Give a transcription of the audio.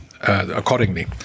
accordingly